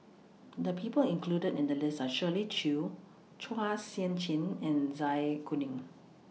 The People included in The list Are Shirley Chew Chua Sian Chin and Zai Kuning